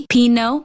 Pino